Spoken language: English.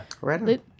Right